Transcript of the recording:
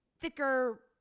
thicker